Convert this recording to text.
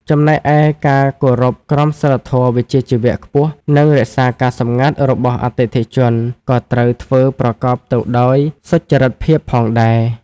ចំណែកឯ ការគោរពក្រមសីលធម៌វិជ្ជាជីវៈខ្ពស់ និងរក្សាការសម្ងាត់របស់អតិថិជន ក៏ត្រូវធ្វើប្រកបទៅដោយសុចរិតភាពផងដែរ។